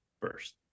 first